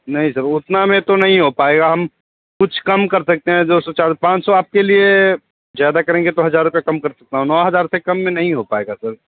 नहीं सर उतना में तो नहीं हो पाएगा हम कुछ कम कर सकतें हैं दो सौ चार पाँच सौ आप के लिए ज़्यादा करेंगे तो हज़ार रुपये कम कर सकता हूँ नौ हज़ार से कम में नहीं हो पाएगा सर